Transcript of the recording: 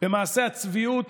במעשה הצביעות